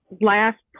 last